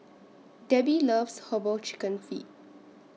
Debbi loves Herbal Chicken Feet